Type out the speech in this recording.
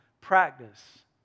practice